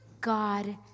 God